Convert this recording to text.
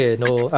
no